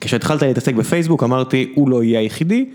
כשהתחלת להתעסק בפייסבוק אמרתי, הוא לא יהיה היחידי.